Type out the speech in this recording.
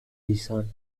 dissent